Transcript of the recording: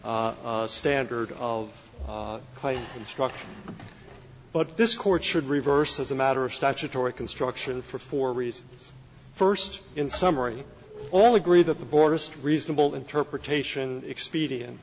standard of instruction but this court should reverse as a matter of statutory construction for four reasons first in summary all agree that the borders reasonable interpretation expedient